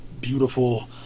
beautiful